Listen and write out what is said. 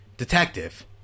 detective